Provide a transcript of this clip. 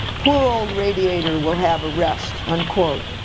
poor old radiator will have a rest, unquote.